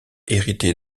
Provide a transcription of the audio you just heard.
hérité